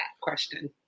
question